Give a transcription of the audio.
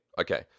okay